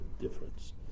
difference